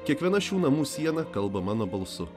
kiekviena šių namų siena kalba mano balsu